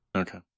okay